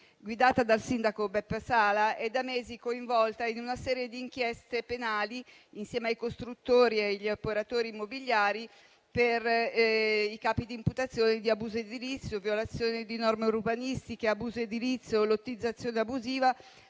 guidata dal sindaco Beppe Sala è da mesi coinvolta in una serie di inchieste penali, insieme ai costruttori e gli operatori immobiliari, per i capi di imputazione di abuso edilizio, violazione di norme urbanistiche, lottizzazione abusiva,